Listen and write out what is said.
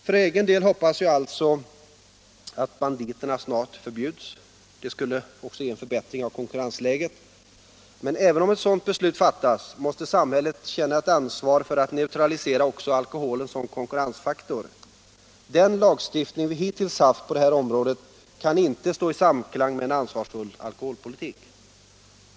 För egen del hoppas jag alltså att banditerna snart förbjuds. Det skulle även ge en förbättring av konkurrensläget. Men även om ett sådant beslut fattas, måste samhället känna ett ansvar för att neutralisera också alkoholen som konkurrensfaktor. Den lagstiftning vi hittills haft på detta område kan inte stå i samklang med en ansvarsfull alkoholpolitik.